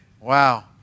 wow